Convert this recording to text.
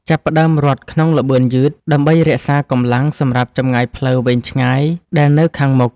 ចាប់ផ្ដើមរត់ក្នុងល្បឿនយឺត ដើម្បីរក្សាកម្លាំងសម្រាប់ចម្ងាយផ្លូវវែងឆ្ងាយដែលនៅខាងមុខ។